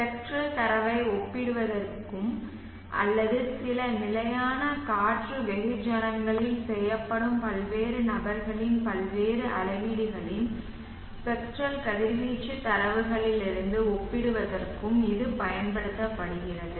spectral தரவை ஒப்பிடுவதற்கும் அல்லது சில நிலையான காற்று வெகுஜனங்களில் செய்யப்படும் பல்வேறு நபர்களின் பல்வேறு அளவீடுகளின் ஸ்பெக்ட்ரல் கதிர்வீச்சு தரவுகளிலிருந்து ஒப்பிடுவதற்கும் இது பயன்படுத்தப்படுகிறது